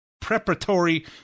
preparatory